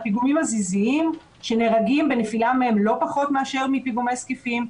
הפיגומים הזיזיים שנהרגים מנפילה מהם לא פחות מאשר מפיגומי זקיפים,